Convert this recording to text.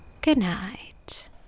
goodnight